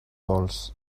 dolç